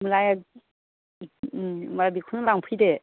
होनब्ला होनबा बेखौनो लांफैदो